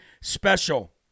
special